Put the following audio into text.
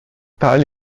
tali